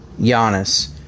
Giannis